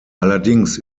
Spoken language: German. allerdings